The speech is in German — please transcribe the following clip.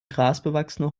grasbewachsene